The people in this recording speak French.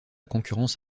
concurrence